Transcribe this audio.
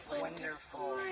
Wonderful